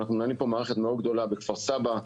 אנחנו מנהלים פה מערכת גדולה מאוד בכפר סבא.